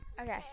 Okay